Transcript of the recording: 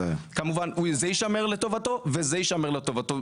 כמובן זה יישמר לטובתו, וזה יישמר לטובתו.